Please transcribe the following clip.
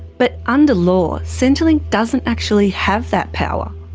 but under law centrelink doesn't actually have that power.